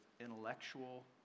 intellectual